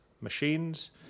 machines